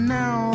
now